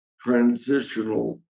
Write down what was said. transitional